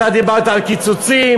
אתה דיברת על קיצוצים,